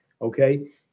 Okay